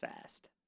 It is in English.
fast